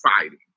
fighting